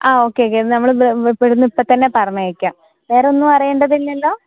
ആ okay okay നമ്മൾ ഇവിടുന്ന് ഇപ്പോൾ തന്നെ പറഞ്ഞയയ്ക്കാം വേറെ ഒന്നും അറിയേണ്ടതില്ലല്ലോ